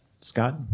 scott